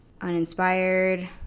uninspired